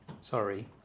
Sorry